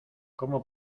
cómo